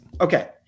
Okay